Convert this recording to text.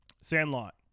Sandlot